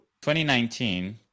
2019